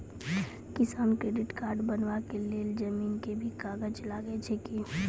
किसान credit card बनबा के लेल जमीन के भी कागज लागै छै कि?